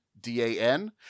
D-A-N